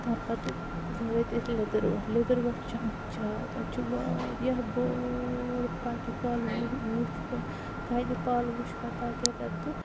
تَمِہ پَتہ وٲتۍ أسۍ لیدٕروٹھ لیدٕروٹھ چھ اَکھ جایہ تَتہِ چھ وارِیاہ بوٚڑ پَنہِ کَل وُچھ مےٚ کَنہِ پَل وُچھ مےٚ تَتٮ۪ن تہٕ